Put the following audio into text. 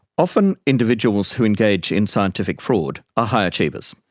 often individuals who engage in scientific fraud are high achievers.